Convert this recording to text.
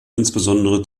insbesondere